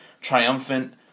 triumphant